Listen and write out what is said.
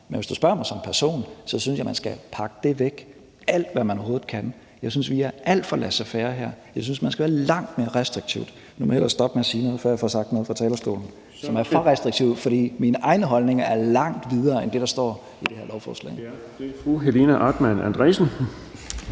Men hvis du spørger mig som person, synes jeg, man skal pakke det væk, alt, hvad man overhovedet kan. Jeg synes, vi er alt for laissez faire-agtige her. Jeg synes, man skal være langt mere restriktiv. Nu må jeg hellere stoppe med at sige noget, før jeg får sagt noget fra talerstolen, som er for restriktivt, for min egen holdning går langt videre end det, der står i det her lovforslag. Kl. 09:55 Den fg. formand (Erling